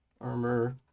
Armor